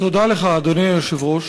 תודה לך, אדוני היושב-ראש,